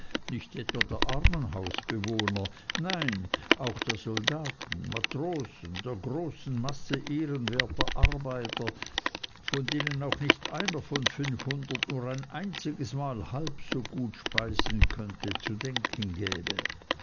nicht etwa der armenhausbewohner nein auch der soldaten matrosen der großen masse ehrenwerter arbeiter von denen auch nicht einer von fünfhundert nur ein einziges mal halb so gut speisen könnte zu denken gäbe